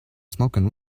smoking